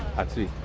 that's the